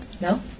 No